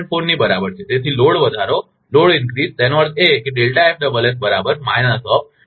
4 ની બરાબર છે તેથી લોડ વધારો તેનો અર્થ એ કે hertz